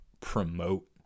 promote